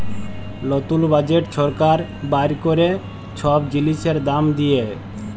লতুল বাজেট ছরকার বাইর ক্যরে ছব জিলিসের দাম দিঁয়ে